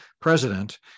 president